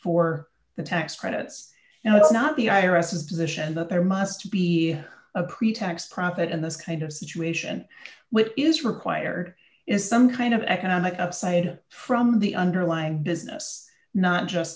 for the tax credits and it's not the irises position that there must be a pretax profit and this kind of situation which is required is some kind of economic upside from the underlying business not just